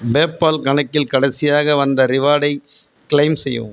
PayPal கணக்கில் கடைசியாக வந்த ரிவார்டை கிளெய்ம் செய்யவும்